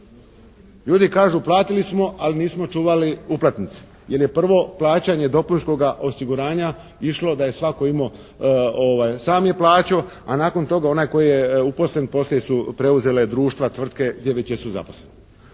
Ljudi kažu platili smo ali nismo čuvali uplatnice, jer je prvo plaćanje dopunskog osiguranja išlo da je svatko imao sam je plaćao, a nakon toga onaj tko je uposlen poslije su preuzele društva, tvrtke gdje već jesu zaposleni.